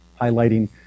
highlighting